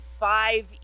Five